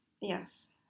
Yes